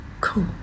Cool